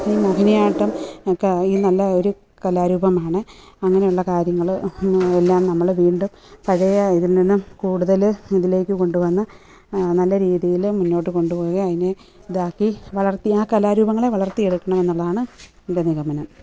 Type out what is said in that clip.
ഈ മോഹിനിയാട്ടം ഒക്കെ ഈ നല്ല ഒരു കലാരൂപമാണ് അങ്ങനെയുള്ള കാര്യങ്ങൾ എല്ലാം നമ്മൾ വീണ്ടും പഴയ ഇതിൽ നിന്ന് കൂടുതൽ ഇതിലേക്ക് കൊണ്ടു വന്ന് നല്ല രീതിയിൽ മുന്നോട്ട് കൊണ്ട് പോകുകയും അതിനെ ഇതാക്കി വളർത്തി ആ കലാരൂപങ്ങളെ വളർത്തി എടുക്കണം എന്നുള്ളതണ് എൻ്റെ നിഗമനം